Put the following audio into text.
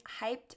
hyped